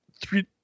Three